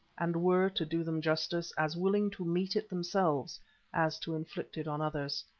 and were, to do them justice, as willing to meet it themselves as to inflict it on others.